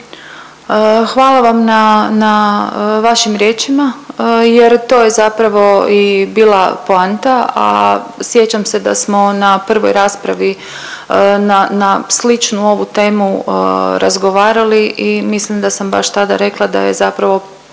Hvala vam na, na vašim riječima jer to je zapravo i bila poanta, a sjećam se da smo na prvoj raspravi na, na sličnu ovu temu razgovarali i mislim da sam baš tada rekla da je zapravo